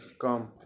come